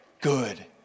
good